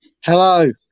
Hello